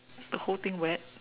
the whole thing wet